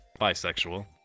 bisexual